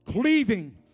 Cleaving